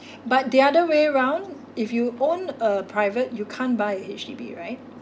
but the other way round if you own a private you can't buy a H_D_B right